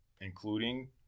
Including